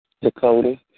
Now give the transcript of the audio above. Dakota